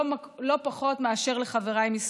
לא פחות מאשר לחבריי בשמאל.